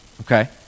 okay